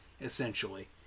essentially